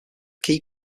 key